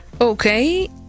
Okay